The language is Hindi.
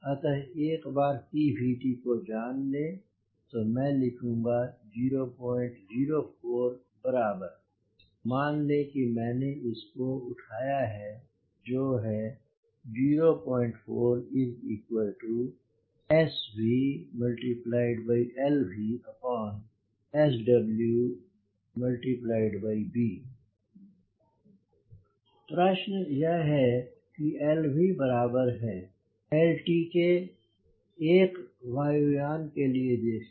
अतः एक बार CVT को जान लें तो मैं लिखूंगा 004 बराबर मान लें कि मैंने इस को उठाया है जो है 04SVlvsWb प्रश्न यह है क्या क्या lv बराबर है l t के एक वायु यान के लिए देखें